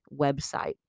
website